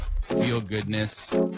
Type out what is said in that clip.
feel-goodness